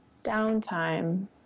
downtime